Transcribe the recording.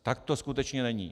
Tak to skutečně není.